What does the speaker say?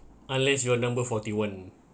unless your number forty one